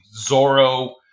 Zorro